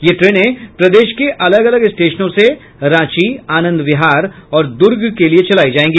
ये ट्रेनें प्रदेश के अलग अलग स्टेशनों से रांची आनंद विहार और दुर्ग के लिए चलायी जायेंगी